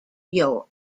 york